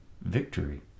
victory